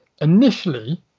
initially